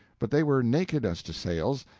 but they were naked as to sails,